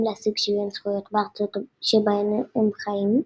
להשיג שוויון זכויות בארצות שבהן הם חיים,